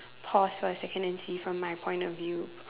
pause for a second and see from my point of view